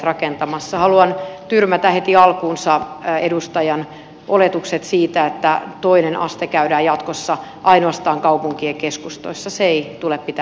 haluan tyrmätä heti alkuunsa edustajan oletukset siitä että toinen aste käydään jatkossa ainoastaan kaupunkien keskustoissa